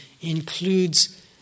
includes